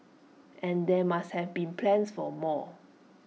and there must have been plans for more